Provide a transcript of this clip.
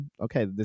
Okay